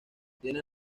tiene